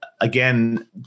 Again